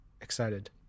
excited